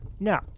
no